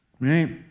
Right